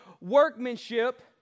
Workmanship